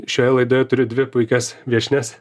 šioje laidoje turiu dvi puikias viešnias